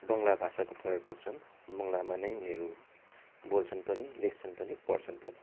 बङ्गला भाषाको प्रयोग गर्छन् बङ्गलामा नै उनीहरू बोल्छन् पनि लेख्छन् पनि पढ्छन् पनि